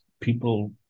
people